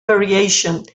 variation